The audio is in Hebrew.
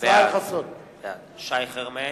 בעד שי חרמש,